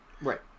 Right